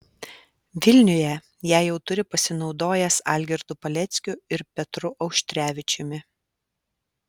vilniuje ją jau turi pasinaudojęs algirdu paleckiu ir petru auštrevičiumi